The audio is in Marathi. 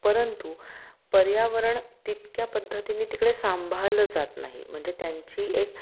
परंतु पर्यावरण तितक्या पद्धतीनी तिकडे सांभाळलं जात नाही म्हणजे त्यांची एक